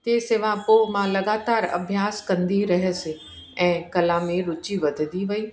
ते सवाइ पोइ मां लगातार अभ्यास कंदी रहसि ऐं कला में रुचि वधंदी वई